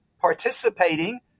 participating